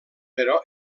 però